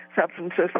substances